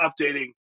updating